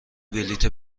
بلیط